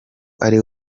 ari